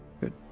Good